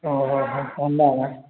ଏନ୍ତା କା